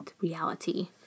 reality